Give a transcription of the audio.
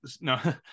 no